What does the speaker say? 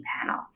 panel